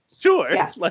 Sure